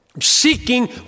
seeking